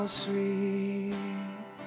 sweet